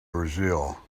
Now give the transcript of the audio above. brazil